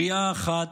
בריאה אחת,